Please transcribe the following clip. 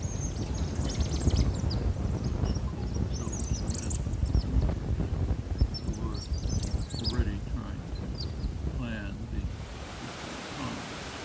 people basically those who call themselves the masters of the universe who are already trying to plan the future economy.